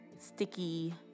sticky